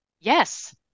Yes